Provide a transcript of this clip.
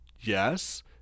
yes